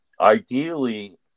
ideally